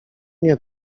nie